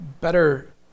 better